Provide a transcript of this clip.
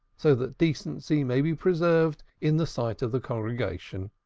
so that decency may be preserved in the sight of the congregation.